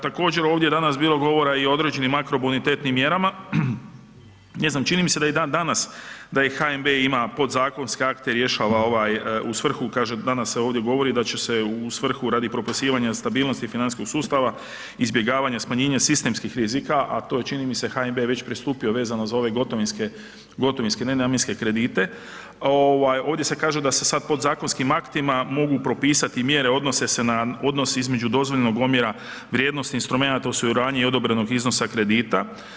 Također ovdje je danas bilo govora i o određenim makrobonitetnim mjerama, ne znam čini mi se da i dan danas da i HNB ima podzakonske akte, rješava ovaj u svrhu kaže danas se ovdje govori da će se u svrhu radi propisivanja stabilnosti financijskog sustava, izbjegavanje smanjivanja sistemskih rizika, a to je čini mi se HNB već pristupio vezano za ove gotovinske, gotovinske nenamjenske kredite ovaj ovdje se kaže da se sad podzakonskim aktima mogu propisati mjere odnose se na odnos između dozvoljenog omjera vrijednosti instrumenata u suradnji i odobrenog iznosa kredita.